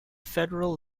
federal